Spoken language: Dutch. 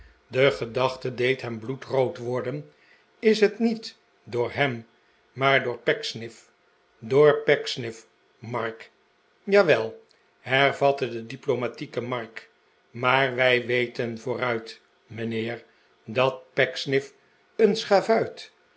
de gedachte deed hem bloedrood worden is het niet door hem maar door pecksniff door pecksniff mark jawel hervatte de diplomatieke mark maar wij weten vooruit mijnheer dat pecksniff een schavuit